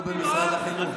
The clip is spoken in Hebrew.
אבי לא במשרד החינוך.